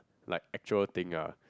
like actual thing ah